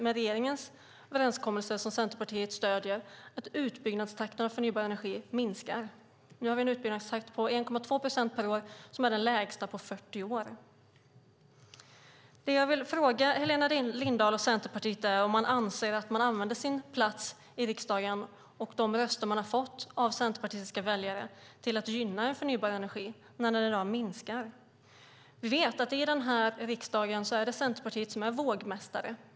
Med regeringens överenskommelse som Centerpartiet stöder ser vi i stället att utbyggnadstakten av förnybar energi minskar i Sverige. Nu har vi en utbyggnadstakt på 1,2 procent per år. Det är den lägsta på 40 år. Jag vill fråga Helena Lindahl och Centerpartiet om man anser att man använder sin plats i riksdagen och de röster man har fått av centerpartistiska väljare till att gynna förnybar energi när den i dag minskar. Vi vet att Centerpartiet är vågmästare i riksdagen.